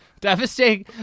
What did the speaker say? Devastating